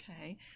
Okay